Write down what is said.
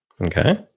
Okay